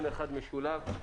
משולב.